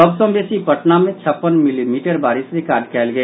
सभ सँ बेसी पटना मे छप्पन मिलीमीटर बारिश रिकॉर्ड कयल गेल